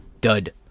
dud